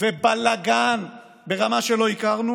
ובלגן ברמה שלא הכרנו.